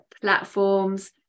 platforms